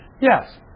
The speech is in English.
Yes